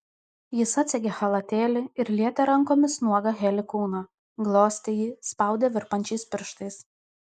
jis atsegė chalatėlį ir lietė rankomis nuogą heli kūną glostė jį spaudė virpančiais pirštais